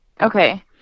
Okay